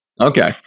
okay